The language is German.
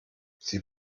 sie